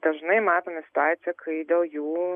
dažnai matome situaciją kai dėl jų